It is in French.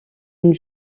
une